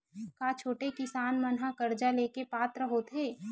का छोटे किसान मन हा कर्जा ले के पात्र होथे?